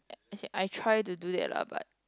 I said I try to do that lah but